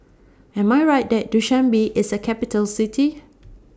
Am I Right that Dushanbe IS A Capital City